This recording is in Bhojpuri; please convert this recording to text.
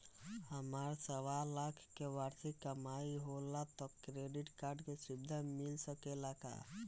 हमार सवालाख के वार्षिक कमाई होला त क्रेडिट कार्ड के सुविधा मिल सकेला का?